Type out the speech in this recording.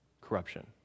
corruption